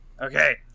Okay